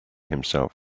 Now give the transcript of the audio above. himself